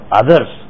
others